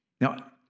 Now